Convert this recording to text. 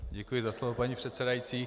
Děkuji za slovo, paní předsedající.